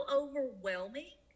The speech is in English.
overwhelming